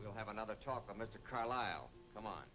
we'll have another talk mr carlisle come on